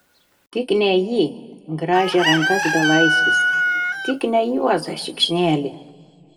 tik ne jį grąžė rankas belaisvis tik ne juozą šikšnelį